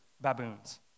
baboons